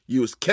use